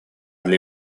для